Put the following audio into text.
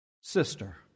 sister